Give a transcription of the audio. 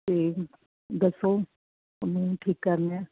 ਅਤੇ ਦੱਸੋ ਉਹਨੂੰ ਠੀਕ ਕਰ ਲਿਆ